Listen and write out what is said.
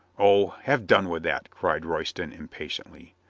o, have done with that! cried royston impa tiently.